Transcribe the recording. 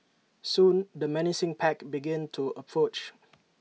soon the menacing pack began to approach